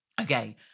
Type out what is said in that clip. Okay